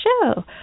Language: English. show